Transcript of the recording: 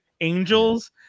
angels